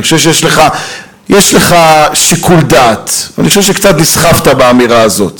אני חושב שיש לך שיקול דעת ואני חושב שקצת נסחפת באמירה הזאת,